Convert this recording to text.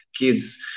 kids